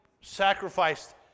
sacrificed